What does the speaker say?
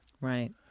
Right